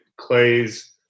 Clay's